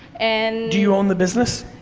and. do you own the business?